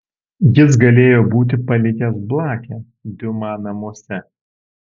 jis galėjo būti palikęs blakę diuma namuose